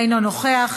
אינו נוכח,